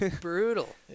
Brutal